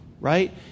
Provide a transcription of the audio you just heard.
right